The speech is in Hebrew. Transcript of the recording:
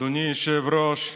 אדוני היושב-ראש,